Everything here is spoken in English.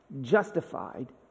justified